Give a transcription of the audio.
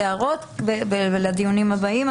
הערות לדיונים הבאים,